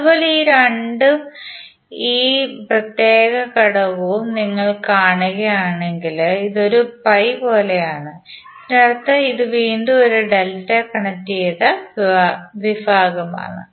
അതുപോലെ ഈ 2 ഉം ഈ പ്രത്യേക ഘടകവും നിങ്ങൾ കാണുകയാണെങ്കിൽ ഇത് ഒരു പൈ പോലെയാണ് ഇതിനർത്ഥം ഇത് വീണ്ടും ഒരു ഡെൽറ്റ കണക്റ്റുചെയ്ത വിഭാഗമാണ്